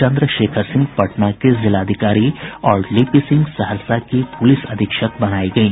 चन्द्रशेखर सिंह पटना के जिलाधिकारी और लिपि सिंह सहरसा की पुलिस अधीक्षक बनायी गयी